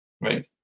Right